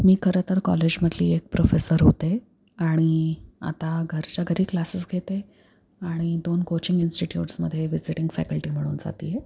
मी खरं तर कॉलेजमधली एक प्रोफेसर होते आणि आता घरच्या घरी क्लासेस घेते आणि दोन कोचिंग इन्स्टिट्यूट्समध्ये विजिटिंग फॅकल्टी म्हणून जात आहे